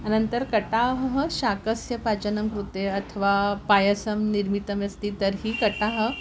अनन्तरं कटाहः शाकस्य पाचनं कृते अथवा पायसं निर्मितमस्ति तर्हि कटाहः